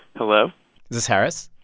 hello is this harris?